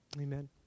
Amen